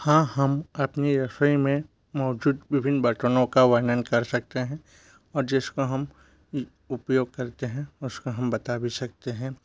हाँ हम अपनी रसोई में मौजूद विभिन्न बर्तनों का वर्णन कर सकते हैं और जिसे का हम उपयोग करते हैं उसका हम बता भी सकते हैं